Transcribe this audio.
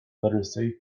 literacy